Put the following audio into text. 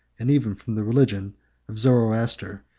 and even from the religion of zoroaster,